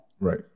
Right